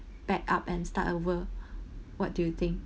back up and start over what do you think